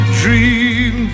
dream